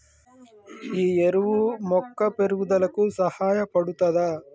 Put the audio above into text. ఈ ఎరువు మొక్క పెరుగుదలకు సహాయపడుతదా?